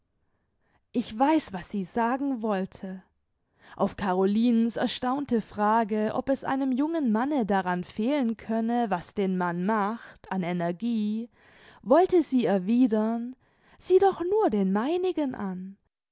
ich weiß was sie sagen wollte auf carolinens erstaunte frage ob es einem jungen manne daran fehlen könne was den mann macht an energie wollte sie erwidern sieh doch nur den meinigen an